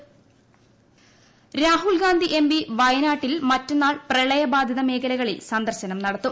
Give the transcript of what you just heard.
Rahul Gandhi Rahul Gandhi M P വയനാട്ടിൽ മറ്റെന്നാൾ പ്രളയബാധിത മേഖലകളിൽ സന്ദർശനം നടത്തും